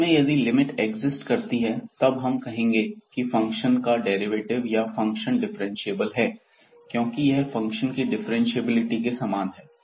इसमें यदि limit exist करती है तब हम करेंगे की फंक्शन का डेरिवेटिव है या फंक्शन डिफ्रेंशिएबल है क्योंकि यह फंक्शन की डिफ्रेंशिएबिलिटी के समान है